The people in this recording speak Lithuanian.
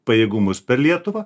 pajėgumus per lietuvą